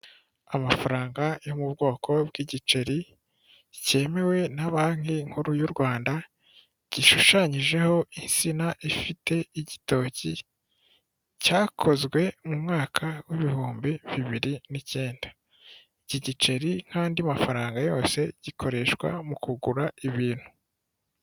Amafaranga yo mu bwoko bw'igiceri, cyemewe na banki nkuru y'u Rwanda, gishushanyijeho insina ifite igitoki, cyakozwe mu mwaka w'ibihumbi bibiri n'icyenda. Iki giceri, kn'andi mafaranga yose, gikoreshwa mu kugura ibintu.